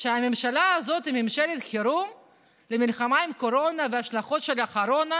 שהממשלה הזאת היא ממשלת חירום למלחמה בקורונה וההשלכות של הקורונה,